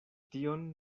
tion